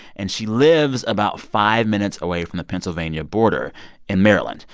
and she lives about five minutes away from the pennsylvania border in maryland.